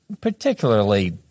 particularly